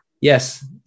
yes